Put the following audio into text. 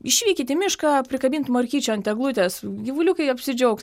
išvykit į mišką prikabint morkyčių ant eglutės gyvuliukai apsidžiaugs